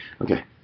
Okay